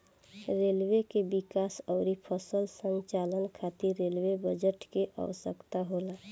railway के विकास अउरी सफल संचालन खातिर रेलवे बजट के आवसकता होला